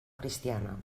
cristiana